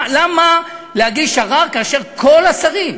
למה להגיש ערר כאשר כל השרים,